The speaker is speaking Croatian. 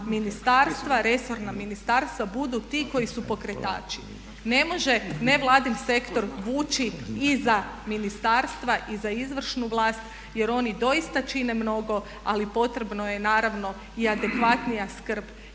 ministarstva, resorna ministarstva budu ti koji su pokretači. Ne može nevladin sektor vuči i za ministarstva i za izvršnu vlast, jer oni doista čine mnogo, ali potrebno je naravno i adekvatnija skrb